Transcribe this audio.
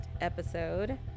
episode